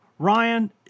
Ryan